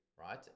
right